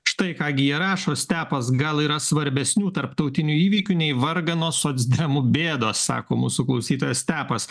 štai ką gi jie rašo stepas gal yra svarbesnių tarptautinių įvykių nei varganos socdemų bėdos sako mūsų klausytojas stepas